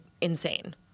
insane